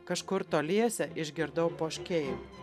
kažkur toliese išgirdau poškėjimą